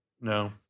no